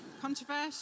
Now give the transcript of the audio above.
Controversial